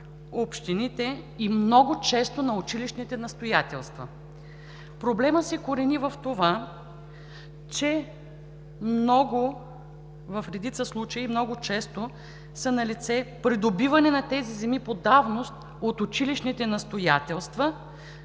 общините и много често на училищните настоятелства. Проблемът се корени в това, че в редица случаи много често е налице придобиване на тези земи по давност от училищните настоятелства,